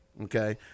Okay